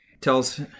Tells